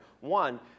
One